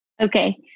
Okay